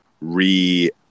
re